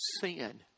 sin